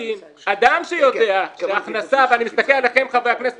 אדם שיודע שההכנסה ואני מסתכל עליכם חברי הכנסת